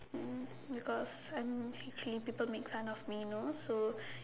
um because I'm actually people make fun of me know so